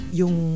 yung